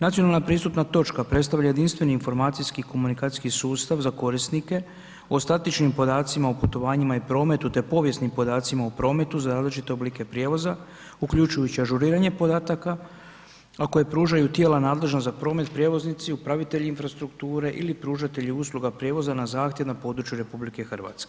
Nacionalna pristupna točka predstavlja jedinstveni informacijski i komunikacijski sustav za korisnike o statičnim podacima u putovanjima i prometu, te povijesnim podacima u prometu za različite oblike prijevoza, uključujući ažuriranje podataka, a koje pružaju tijela nadležna za promet prijevoznici, upravitelji infrastrukture ili pružatelji usluga prijevoza na zahtjev na području RH.